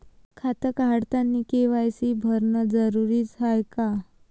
खातं काढतानी के.वाय.सी भरनं जरुरीच हाय का?